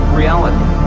reality